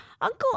Uncle